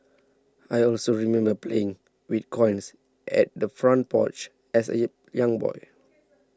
I also remember playing with coins at the front porch as a young boy